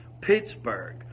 Pittsburgh